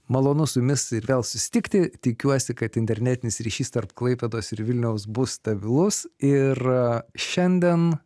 malonu su jumis ir vėl susitikti tikiuosi kad internetinis ryšys tarp klaipėdos ir vilniaus bus stabilus ir šiandien